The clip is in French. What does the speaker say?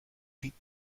rites